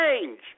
change